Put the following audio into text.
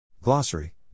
Glossary